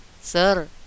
Sir